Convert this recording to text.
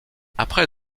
après